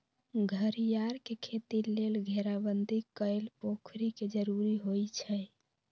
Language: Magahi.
घरियार के खेती लेल घेराबंदी कएल पोखरि के जरूरी होइ छै